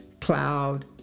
cloud